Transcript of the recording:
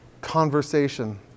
conversation